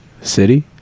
city